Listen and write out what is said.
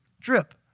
drip